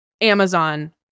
amazon